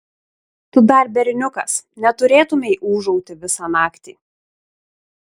tu dar berniukas neturėtumei ūžauti visą naktį